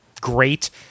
great